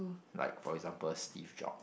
like for example Steve Job